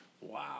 Wow